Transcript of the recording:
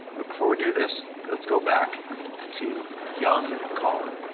but before we do this, let's go back to young colin.